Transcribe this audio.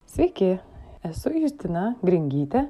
sveiki esu justina gringytė